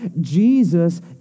Jesus